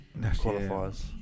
qualifiers